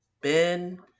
Ben